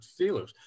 Steelers